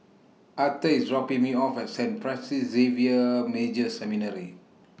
Aurthur IS dropping Me off At Saint Francis Xavier Major Seminary